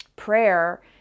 Prayer